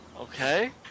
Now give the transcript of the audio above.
Okay